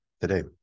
today